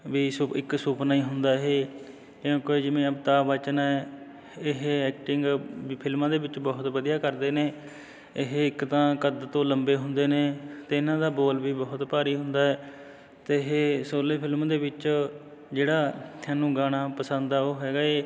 ਵੀ ਸੁ ਇੱਕ ਸੁਪਨਾ ਹੀ ਹੁੰਦਾ ਇਹ ਜਿਵੇਂ ਕੋਈ ਜਿਵੇਂ ਅਮਿਤਾਬ ਬਚਨ ਹੈ ਇਹ ਐਕਟਿੰਗ ਫਿਲਮਾਂ ਦੇ ਵਿੱਚ ਬਹੁਤ ਵਧੀਆ ਕਰਦੇ ਨੇ ਇਹ ਇੱਕ ਤਾਂ ਕੱਦ ਤੋਂ ਲੰਬੇ ਹੁੰਦੇ ਨੇ ਅਤੇ ਇਹਨਾਂ ਦਾ ਬੋਲ ਵੀ ਬਹੁਤ ਭਾਰੀ ਹੁੰਦਾ ਅਤੇ ਇਹ ਸ਼ੋਲੇ ਫਿਲਮ ਦੇ ਵਿੱਚ ਜਿਹੜਾ ਤੁਹਾਨੂੰ ਗਾਣਾ ਪਸੰਦ ਆ ਉਹ ਹੈਗਾ ਹੈ